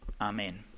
amen